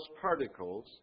particles